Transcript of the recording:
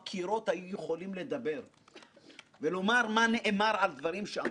התכוונו לומר דברים הרבה יותר חריפים,